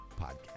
podcast